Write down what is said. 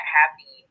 happy